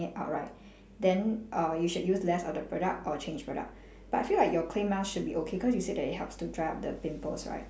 it out right then uh you should use less of the product or change product but I feel like your clay mask should be okay cause you said that it helps to dry up the pimples up right